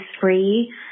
Free